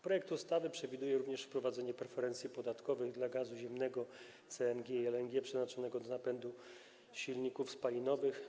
Projekt ustawy przewiduje również wprowadzenie preferencji podatkowych dla gazu ziemnego CNG i LNG przeznaczonego do napędu silników spalinowych.